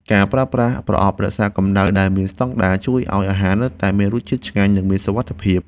ការប្រើប្រាស់ប្រអប់រក្សាកម្ដៅដែលមានស្ដង់ដារជួយឱ្យអាហារនៅតែមានរសជាតិឆ្ងាញ់ និងមានសុវត្ថិភាព។